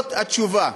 זאת התשובה.